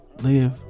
live